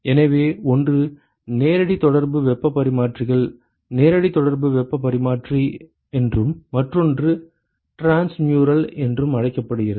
எனவே ஒன்று நேரடி தொடர்பு வெப்பப் பரிமாற்றிகள் நேரடி தொடர்பு வெப்பப் பரிமாற்றி என்றும் மற்றொன்று டிரான்ஸ்முரல் என்றும் அழைக்கப்படுகிறது